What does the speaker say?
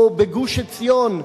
או בגוש-עציון,